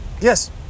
Yes